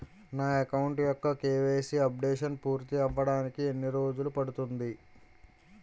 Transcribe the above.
నా అకౌంట్ యెక్క KYC updation పూర్తి అవ్వడానికి ఎన్ని రోజులు పడుతుంది?